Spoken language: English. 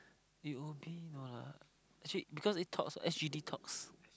U_O_B no lah actually because it talks S_G_D talks